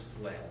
fled